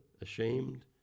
ashamed